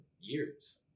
years